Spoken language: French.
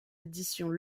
éditions